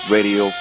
Radio